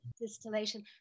distillation